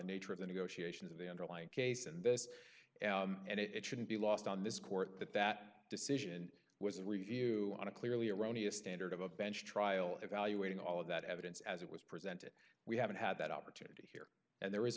nature of the negotiations and the underlying case and this and it shouldn't be lost on this court that that decision was a review on a clearly erroneous standard of a bench trial evaluating all of that evidence as it was presented we haven't had that opportunity here and there is a